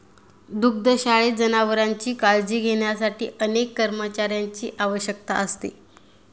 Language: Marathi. दुग्धशाळेत जनावरांची काळजी घेण्यासाठी अनेक कर्मचाऱ्यांची आवश्यकता असते